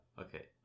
Okay